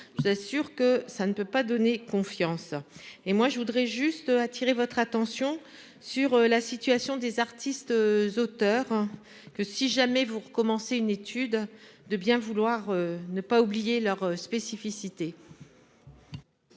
je vous assure que ça ne peut pas donner confiance et moi je voudrais juste attirer votre attention sur la situation des artistes, auteurs que si jamais vous recommencez une étude de bien vouloir ne pas oublier leur spécificité.